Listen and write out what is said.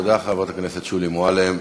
תודה, חברת הכנסת שולי מועלם.